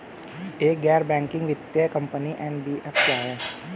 एक गैर बैंकिंग वित्तीय कंपनी एन.बी.एफ.सी क्या है?